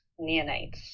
neonates